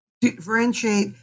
differentiate